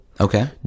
okay